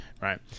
Right